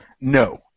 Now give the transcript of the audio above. No